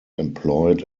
employed